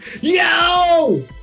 Yo